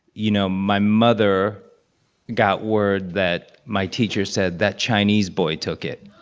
you know, my mother got word that my teacher said, that chinese boy took it.